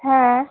হ্যাঁ